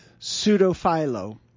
Pseudophilo